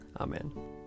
Amen